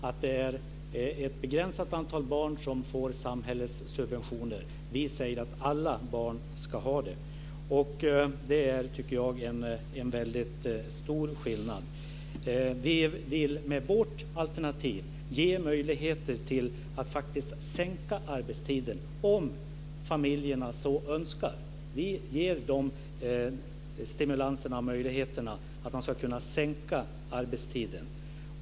Det är ett begränsat antal barn som får samhällets subventioner. Vi säger att alla barn ska ha det. Det tycker jag är en väldigt stor skillnad. Vi vill med vårt alternativ ge möjligheter för familjerna att sänka arbetstiden, om de så önskar. Vi ger de stimulanserna och möjligheterna. Man ska kunna sänka arbetstiden.